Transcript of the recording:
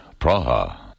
Praha